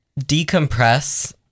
decompress